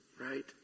Right